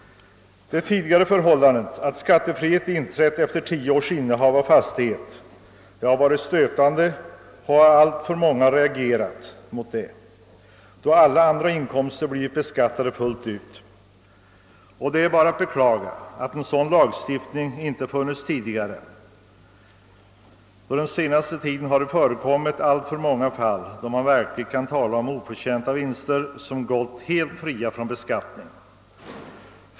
Det tidigare förhållandet att skattefrihet inträtt efter tio års innehav av fastighet har varit stötande, och alltför många har reagerat mot detta, då alla andra inkomster har blivit beskattade fullt ut. Det är bara att beklaga att en sådan lagstiftning inte funnits tidigare. Under den senaste tiden har det förekommit alltför många fall då man verkligen kan tala om oförtjänta vinster som gått helt fria från beskattning.